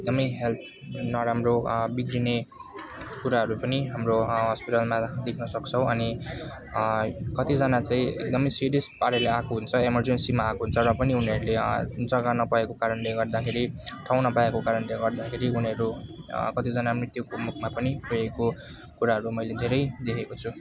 एकदमै हेल्थ नराम्रो बिग्रिने कुराहरू पनि हाम्रो हस्पिटलमा देख्न सक्छौँ अनि कतिजना चाहिँ एकदमै सिरियस पाराले आएको हुन्छ एमरजेन्सीमा आएको हुन्छ र पनि उनीहरूले जग्गा नपाएको कारणले गर्दाखेरि ठाउँ नपाएको कारणले गर्दाखेरि उनीहरू कतिजना मृत्युको मुखमा पनि गएको कुराहरू मैले धेरै देखेको छु